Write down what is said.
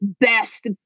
best